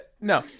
no